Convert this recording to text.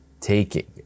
taking